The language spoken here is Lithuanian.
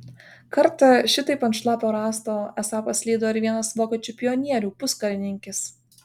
kartą šitaip ant šlapio rąsto esą paslydo ir vienas vokiečių pionierių puskarininkis